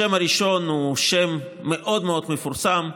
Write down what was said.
השם הראשון הוא שם מאוד מאוד מפורסם: